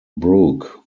brooke